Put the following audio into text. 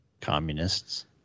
communists